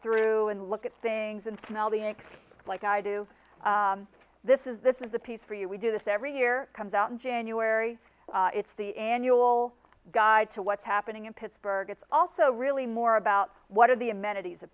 through and look at things and smell the ink like i do this is this is a piece for you we do this every year comes out in january it's the annual guide to what's happening in pittsburgh it's also really more about what are the amenities of